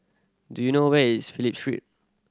do you know where is Phillip Street